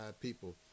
people